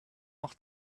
noch